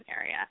area